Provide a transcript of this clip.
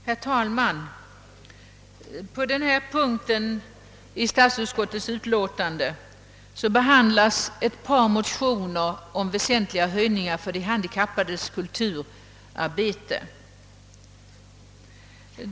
Herr talman! På den här punkten i statsutskottets utlåtande behandlas motioner om väsentliga höjningar av anslaget till de handikappades kulturarbete.